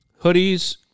Hoodies